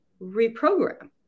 reprogram